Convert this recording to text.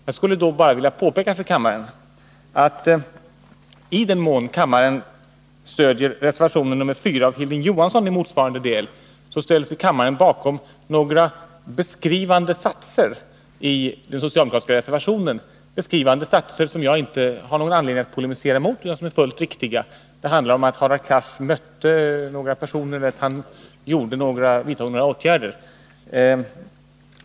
Jag vill därför påpeka för kammaren att i den mån kammaren stöder reservation 4 av Hilding Johansson i 105 motsvarande del ställer sig kammaren bakom några beskrivande satser i den socialdemokratiska reservationen — satser som jag inte har någon anledning att polemisera mot utan som är fullt riktiga. Det handlar om att Hadar Cars mötte några personer, att han vidtog vissa åtgärder.